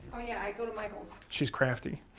oh yeah, i go to michaels. she's crafty,